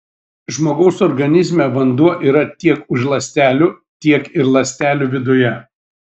žmogaus organizme vanduo yra tiek už ląstelių tiek ir ląstelių viduje